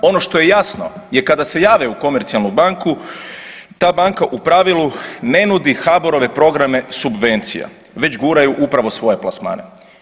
Ono što je jasno je kada se jave u komercionalnu banku ta banka u pravilu ne nudi HBOR-ove programe subvencija već guraju upravo svoje plasmane.